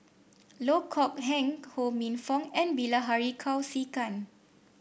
Loh Kok Heng Ho Minfong and Bilahari Kausikan